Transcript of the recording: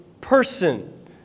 person